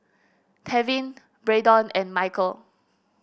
Tevin Braedon and Michel